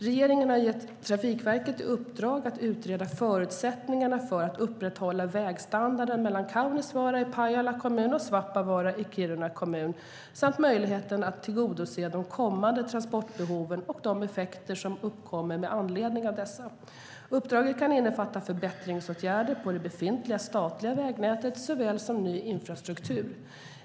Regeringen har gett Trafikverket i uppdrag att utreda förutsättningarna för att upprätthålla vägstandarden mellan Kaunisvaara i Pajala kommun och Svappavaara i Kiruna kommun samt möjligheten att tillgodose de kommande transportbehoven och de effekter som uppkommer med anledning av dessa. Uppdraget kan innefatta förbättringsåtgärder på det befintliga statliga vägnätet såväl som ny infrastruktur.